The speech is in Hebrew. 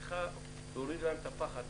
היא צריכה להוריד להם את החשש,